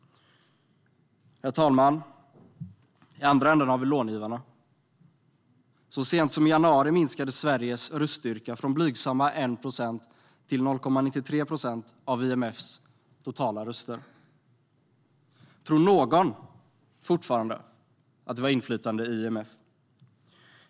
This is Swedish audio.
Herr talman! I den andra änden har vi långivarna. Så sent som i januari minskade Sveriges röststyrka från blygsamma 1 procent till 0,93 procent av IMF:s totala röster. Tror någon fortfarande att vi har inflytande i IMF?